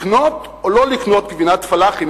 לקנות או לא לקנות גבינת פלאחים?